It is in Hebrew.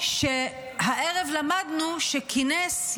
שהערב למדנו שכינס,